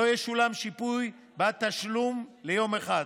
לא ישולם שיפוי בעד תשלום ליום אחד,